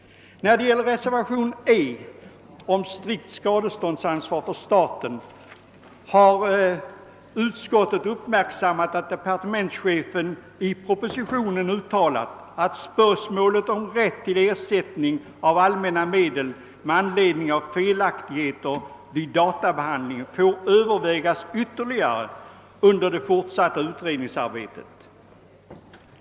moment E vid utskottets hemställan om strikt skadeståndsansvar för staten har utskottet uppmärksammat att departementschefen i propositionen uttalat att spörsmålet om rätt till ersättning av allmänna medel med anledning av felaktigheter vid databehandling får övervägas ytterligare under det fortsatta utredningsarbetet.